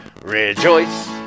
Rejoice